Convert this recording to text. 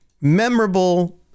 memorable